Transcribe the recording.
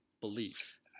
belief